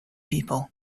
people